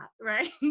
right